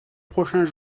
prochains